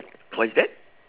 what is that